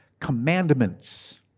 commandments